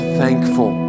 thankful